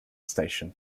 station